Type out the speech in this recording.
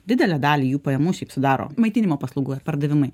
didelę dalį jų pajamų šiaip sudaro maitinimo paslaugų pardavimai